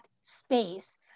space